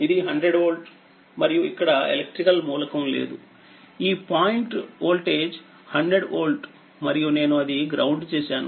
ఇది100వోల్ట్మరియుఇక్కడ electrical మూలకం లేదుఈ point వోల్టేజ్100వోల్ట్ మరియునేనుఅది గ్రౌండ్ చేశాను